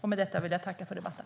Med detta vill jag tacka för debatten.